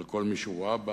על כל מי שהוא אבא,